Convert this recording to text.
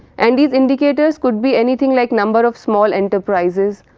and these indicators could be anything like number of small enterprises,